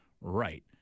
right